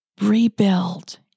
rebuild